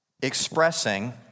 expressing